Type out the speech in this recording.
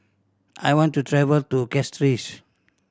I want to travel to Castries